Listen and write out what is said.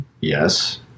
yes